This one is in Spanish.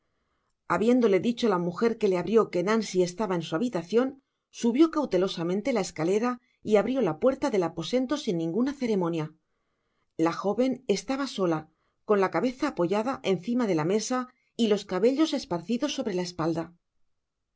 habiéndole dicho la muger que le abrió que nancy estaba en su habitacion subió cautelosamente la escalera y abrió la puerta del aposento sin ninguna ceremonia la joven estaba sola con la cabeza apoyada encima de la mesa y los cabellos esparcidos sobre la espalda